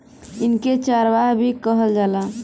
इनके चरवाह भी कहल जाला